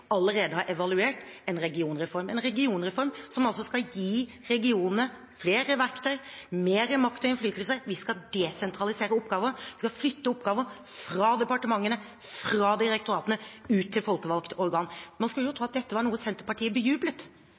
allerede har evaluert en regionreform – en regionreform som altså skal gi regionene flere verktøy, mer makt og innflytelse. Vi skal desentralisere oppgaver – vi skal flytte oppgaver fra departementene, fra direktoratene og ut til folkevalgt organ. Man skulle tro at dette var noe Senterpartiet bejublet,